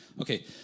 Okay